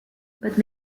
but